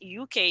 UK